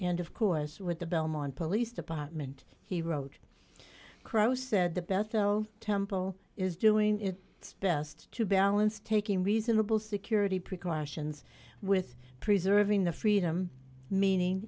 and of course with the belmont police department he wrote crowe said the bethel temple is doing its best to balance taking reasonable security precautions with preserving the freedom meaning